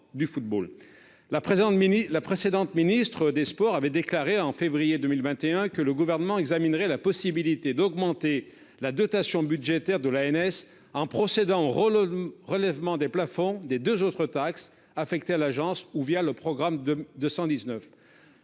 La précédente ministre des sports avait déclaré, en février 2021, que le Gouvernement examinerait la possibilité d'augmenter la dotation budgétaire de l'ANS, en procédant au relèvement des plafonds des deux autres taxes affectées à l'Agence ou l'augmentation